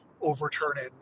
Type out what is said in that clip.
Overturning